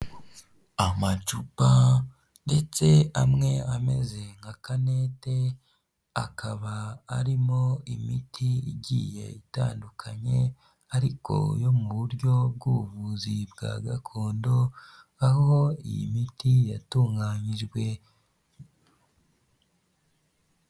Amacuba ndetse amwe ameze nka kanete akaba arimo imiti igiye itandukanye ariko yo mu buryo bw'ubuvuzi bwa gakondo aho iyi miti yatunganyijwe.